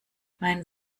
mein